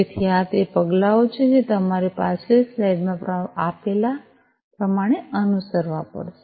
તેથી આ તે પગલાંઓ છે જે તમારે પાછલી સ્લાઇડમાં આપેલા પ્રમાણે અનુસરવા પડશે